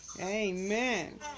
Amen